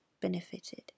benefited